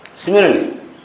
Similarly